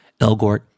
Elgort